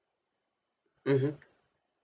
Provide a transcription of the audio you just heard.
mmhmm